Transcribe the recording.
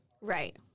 Right